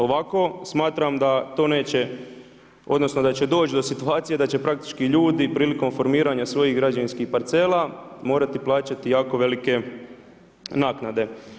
Ovako smatra da to neće, odnosno, da će doći do situacija, da će praktično ljudi prilikom formiranja svojih građevinskih parcela morati plaćati jako velike naknade.